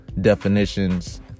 definitions